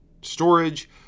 storage